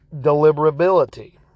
deliberability